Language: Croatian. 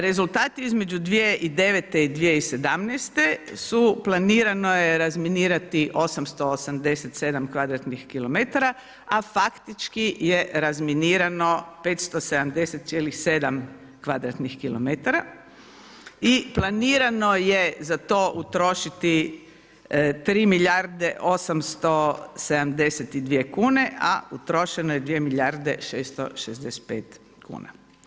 Rezultati između 2009. i 2017. su planirano je razminirati 887 kvadratnih kilometara, a faktički je razminirano 570,7 kvadratnih kilometara i planirano je za to utrošiti 3 milijarde 872 kune, a utrošeno je 2 milijarde 665 kuna.